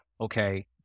okay